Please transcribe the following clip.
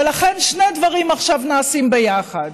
ולכן שני דברים נעשים עכשיו ביחד: